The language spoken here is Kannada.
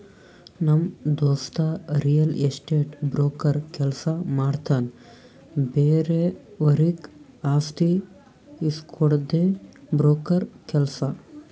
ನಮ್ ದೋಸ್ತ ರಿಯಲ್ ಎಸ್ಟೇಟ್ ಬ್ರೋಕರ್ ಕೆಲ್ಸ ಮಾಡ್ತಾನ್ ಬೇರೆವರಿಗ್ ಆಸ್ತಿ ಇಸ್ಕೊಡ್ಡದೆ ಬ್ರೋಕರ್ ಕೆಲ್ಸ